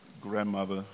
grandmother